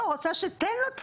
לא, אני רוצה שתיתן לו .